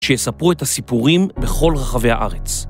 שיספרו את הסיפורים בכל רחבי הארץ.